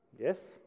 Yes